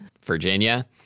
Virginia